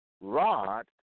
rod